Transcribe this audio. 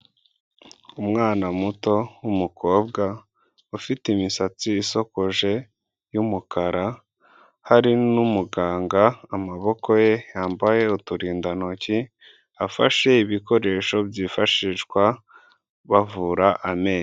Umwana muto w'umukobwa ufite imisatsi isakoje y'umukara hari n'umuganga amaboko ye yambaye uturindantoki afashe ibikoresho byifashishwa bavura amenyo.